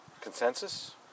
consensus